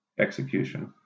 execution